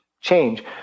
change